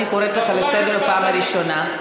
אני קוראת אותך לסדר פעם ראשונה.